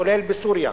כולל בסוריה.